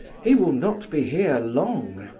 he will not be here long.